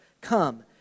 Come